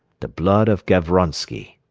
the blood of gavronsky.